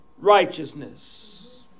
righteousness